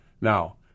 Now